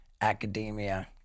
academia